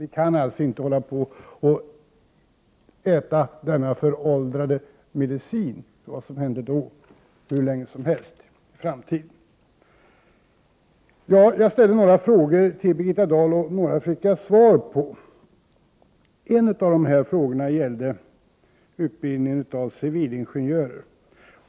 Vi kan alltså inte fortsätta att äta denna föråldrade medicin hur länge som helst. Jag ställde några frågor till Birgitta Dahl, och jag fick svar på några av dem. En av mina frågor gällde utbildningen av civilingenjörer.